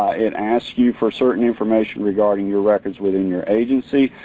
it asks you for certain information regarding your records within your agency.